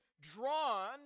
drawn